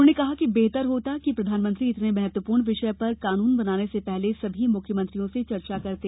उन्होंने कहा कि बेहतर होता कि प्रधानमंत्री इतने महत्वपूर्ण विषय पर कानून बनाने से पहले सभी मुख्यमंत्रियों से चर्चा करते